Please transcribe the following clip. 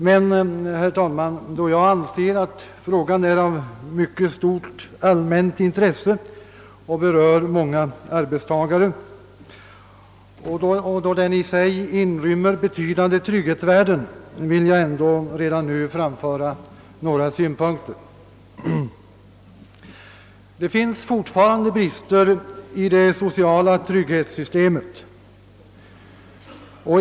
Men då jag anser att frågan är av mycket stort allmänt intresse och då den berör många arbetstagare samt inrymmer betydande trygghetsvärden vill jag ändå redan nu, herr talman framföra några synpunkter. Det finns fortfarande brister i det sociala trygghetssystemet.